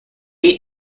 eat